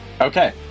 Okay